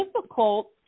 difficult